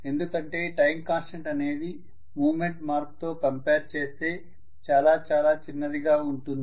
ఎందుకంటే time constant అనేది movement మార్పుతో కంపేర్ చేస్తే చాలా చాలా చిన్నదిగా ఉంటుంది